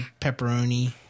pepperoni